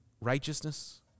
righteousness